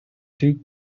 two